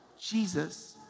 Jesus